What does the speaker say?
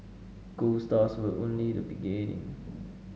gold stars were only the beginning